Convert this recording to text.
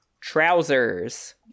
Trousers